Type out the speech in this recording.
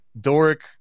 doric